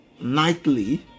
nightly